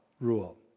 rule